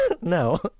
no